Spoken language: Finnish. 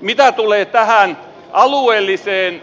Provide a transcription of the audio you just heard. mitä tulee tähän alueelliseen